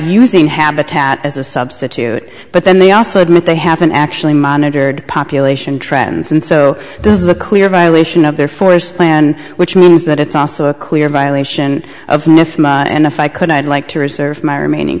using habitat as a substitute but then they also admit they haven't actually monitored population trends and so this is a clear violation of their forest plan which means that it's also a clear violation of nif and if i could i'd like to reserve my remaining